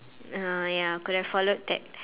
uh ya could have followed that